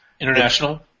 International